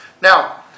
Now